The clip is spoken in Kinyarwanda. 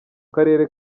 karere